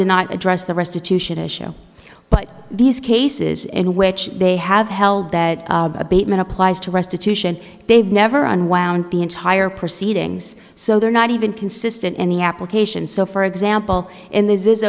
did not address the restitution issue but these cases in which they have held that abatement applies to restitution they've never unwound the entire proceedings so they're not even consistent in the application so for example in this is